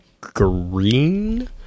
green